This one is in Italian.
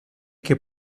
che